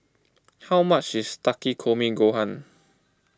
how much is Takikomi Gohan